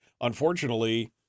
Unfortunately